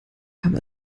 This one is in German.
kam